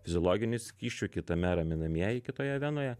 fiziologiniu skysčiu kitame raminamieji kitoje venoje